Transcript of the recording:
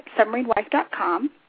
submarinewife.com